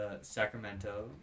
sacramento